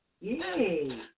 Yay